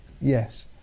yes